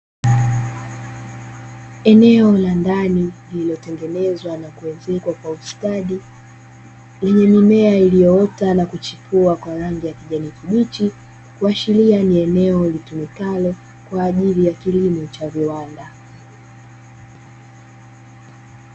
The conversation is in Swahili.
Eneo la ndani lililotengenezwa na kuezekwa kwa ustadi, lenye mimea iliyoota na kuchipua kwa rangi ya kijani kibichi. Kuashiria ni eneo litumikalo kwa ajili ya kilimo cha viwanda.